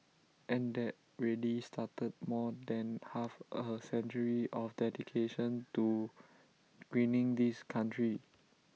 and that really started more than half A century of dedication to greening this country